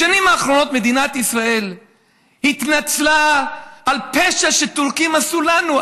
בשנים האחרונות מדינת ישראל התנצלה על פשע שטורקים עשו לנו,